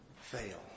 fail